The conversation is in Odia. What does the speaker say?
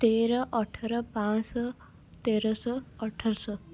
ତେର ଅଠର ପାଞ୍ଚଶହ ତେରଶହ ଅଠରଶହ